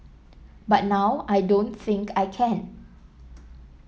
but now I don't think I can